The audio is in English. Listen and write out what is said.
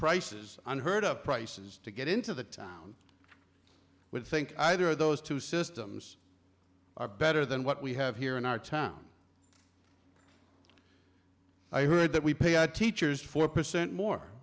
prices unheard of prices to get into the town would think either of those two systems are better than what we have here in our town i heard that we pay our teachers four percent more